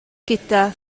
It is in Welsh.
gyda